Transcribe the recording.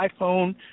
iPhone